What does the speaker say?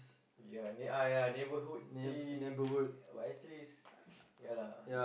ya neigh~ ah ya neighbourhood things but actually is ya lah